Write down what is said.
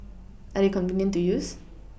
are they convenient to use